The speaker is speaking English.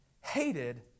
hated